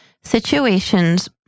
situations